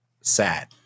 sad